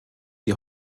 die